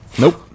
Nope